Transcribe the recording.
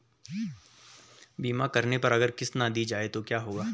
बीमा करने पर अगर किश्त ना दी जाये तो क्या होगा?